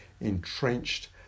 entrenched